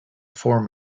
form